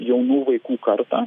jaunų vaikų kartą